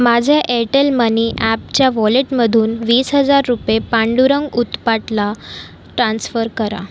माझ्या Airtel money ॲपच्या वॉलेटमधून वीस हजार रुपये पांडुरंग उत्पातला टान्स्फर करा